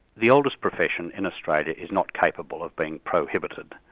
the oldest profession in australia is not capable of being prohibited.